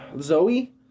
Zoe